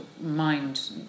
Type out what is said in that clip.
mind